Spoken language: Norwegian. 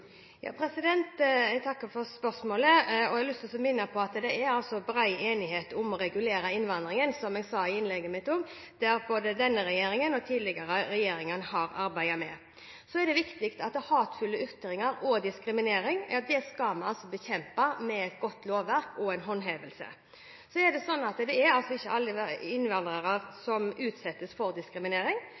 Jeg takker for spørsmålet. Jeg har lyst til å minne om at det er bred enighet om å regulere innvandringen, som jeg også sa i innlegget mitt. Det er noe både denne regjeringen og den tidligere regjeringen har arbeidet med. Så er det viktig å bekjempe hatefulle ytringer og diskriminering med et godt lovverk og håndhevelse. Men det er altså ikke alle innvandrere som utsettes for diskriminering